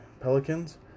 pelicans